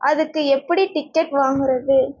அதுக்கு எப்படி டிக்கெட் வாங்குகிறது